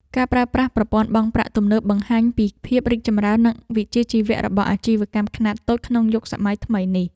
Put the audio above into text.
ការប្រើប្រាស់ប្រព័ន្ធបង់ប្រាក់ទំនើបបង្ហាញពីភាពរីកចម្រើន និងវិជ្ជាជីវៈរបស់អាជីវកម្មខ្នាតតូចក្នុងយុគសម័យថ្មីនេះ។